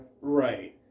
Right